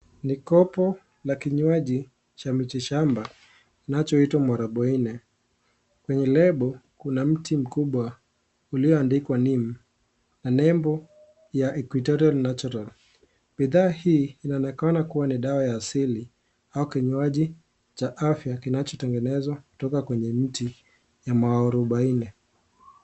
Ni kopo, la kinywaji, cha miti shamba, kinachoitwa mwarobaine, kwenye rebo, kuna mti mkubwa ulio andikwa (cs)nim(cs) na nembo ya (cs)equitorial natural(cs), bidhaa hii inaonekana kuwa ni dawa ya asili, au kinywaji cha fya kinacho tengenezwa kutoka kwenye mti, ya mwarobaine.